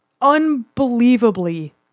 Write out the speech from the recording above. Unbelievably